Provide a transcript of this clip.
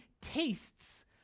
tastes